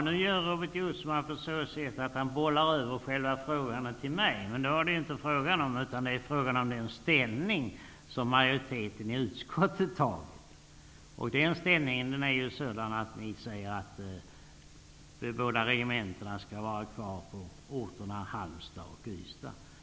Herr talman! Nu bollar Robert Jousma över själva frågandet till mig. Men det är det inte fråga om, utan det är fråga om majoritetens ställningstagande i utskottet. Det ställningstagandet är sådant att ni säger att de båda regementena skall vara kvar på orterna Halmstad och Ystad.